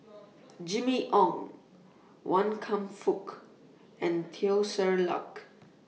Jimmy Ong Wan Kam Fook and Teo Ser Luck